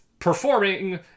Performing